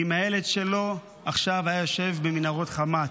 אם הילד שלו עכשיו היה יושב במנהרות חמאס.